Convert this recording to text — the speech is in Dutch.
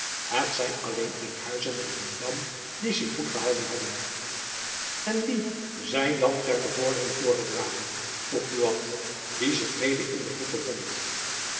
het zijn alleen enkhuizen en edam die zich goed gehouden hebben en wie zijn dan ter bevordering voorgedragen vroeg buat die zich mede in den groep bevond